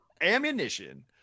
ammunition